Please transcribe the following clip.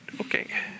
okay